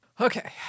Okay